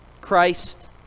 Christ